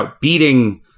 beating